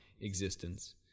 existence